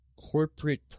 Corporate